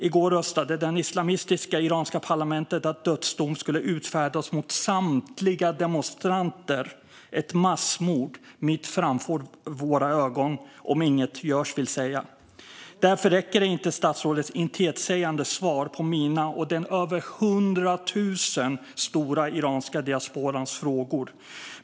I går röstade det islamistiska iranska parlamentet för att dödsdom skulle utfärdas mot samtliga demonstranter - ett massmord mitt framför våra ögon. Om inget görs, vill säga. Därför räcker inte statsrådets intetsägande svar på mina och den över 100 000 stora iranska diasporans frågor.